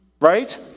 Right